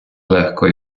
легко